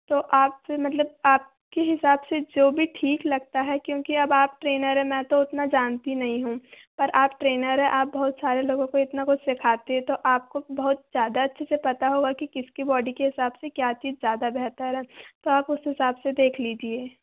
तो आप फिर मतलब आपके हिसाब से जो भी ठीक लगता है क्योंकि अब आप ट्रेनर है मैं तो इतना जानती नहीं हूँ पर आप ट्रेनर है आप बहुत सारे लोगों को इतना कुछ सिखाती हो तो आपको बहुत ज़्यादा अच्छे से पता होगा कि किसकी बॉडी के हिसाब से क्या चीज़ ज़्यादा बेहतर है तो आप उस हिसाब से देख लीजिए